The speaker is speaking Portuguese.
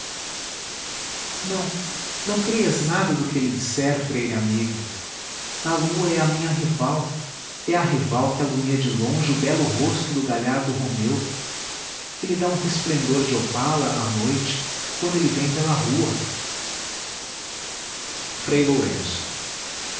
não não creias nada do que ele disser freire amigo a lua é a minha rival é a rival que alumia de longe o belo rosto do galhardo romeu que lhe dá um resplendor de opala à noite quando ele vem pela rua